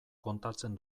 kontatzen